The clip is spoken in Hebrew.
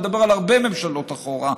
אני מדבר על הרבה ממשלות אחורה,